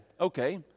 Okay